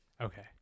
Okay